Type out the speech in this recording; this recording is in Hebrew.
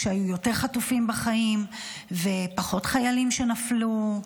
כשהיו יותר חטופים בחיים ופחות חיילים שנפלו.